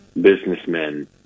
businessmen